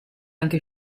anche